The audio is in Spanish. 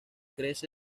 crece